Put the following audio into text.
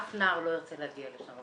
אף נער לא ירצה להגיע לשם.